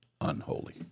unholy